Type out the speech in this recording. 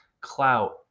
clout